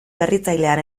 berritzailean